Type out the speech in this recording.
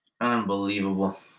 Unbelievable